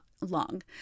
long